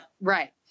Right